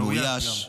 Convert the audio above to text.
מאויש.